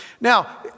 Now